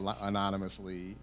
anonymously